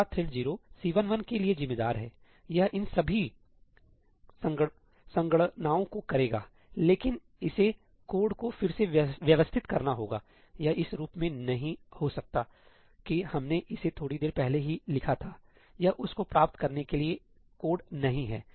एक बार thread 0 C11 के लिए जिम्मेदार हैयह इन सभी संगणनाओं को करेगा लेकिन इसे कोड को फिर से व्यवस्थित करना होगायह इस रूप में नहीं हो सकता है कि हमने इसे थोड़ी देर पहले ही लिखा थायह उस को प्राप्त करने के लिए कोड नहीं है